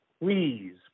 Please